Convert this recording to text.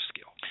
skill